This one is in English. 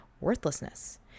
worthlessness